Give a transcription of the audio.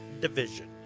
Division